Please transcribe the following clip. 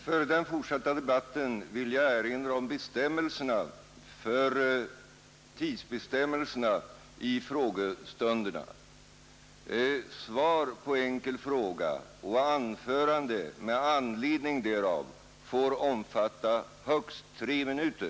Före den fortsatta debatten vill jag erinra om tidsbestämmelserna för frågestunderna: Svar på enkel fråga och anförande med anledning därav får omfatta högst tre minuter.